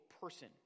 person